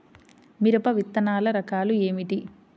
మిరప విత్తనాల రకాలు ఏమిటి?